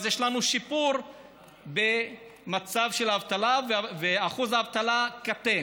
אז יש לנו שיפור במצב האבטלה ושיעור האבטלה קטן.